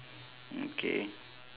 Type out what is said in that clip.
okay